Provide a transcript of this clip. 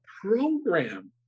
program